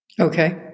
Okay